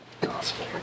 Gospel